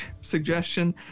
suggestion